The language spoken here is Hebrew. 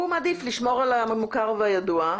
הוא מעדיף לשמור על המוכר והידוע.